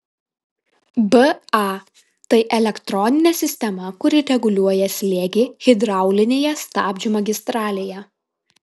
ba tai elektroninė sistema kuri reguliuoja slėgį hidraulinėje stabdžių magistralėje